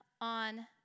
on